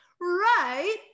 right